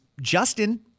Justin